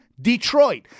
Detroit